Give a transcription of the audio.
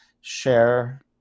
share